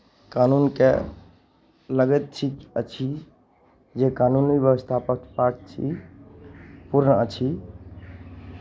कानूनके लगैत छी अछि जे कानूनी व्यवस्था पक्षपात छी पूर्ण अछि